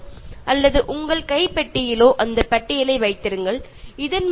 കാരണം നിങ്ങൾക്ക് ഇത് ഇടയ്ക്കിടയ്ക്ക് നോക്കി ഉറപ്പ് വരുത്താവുന്നതാണ്